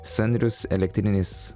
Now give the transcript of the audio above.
sandrius elektrinis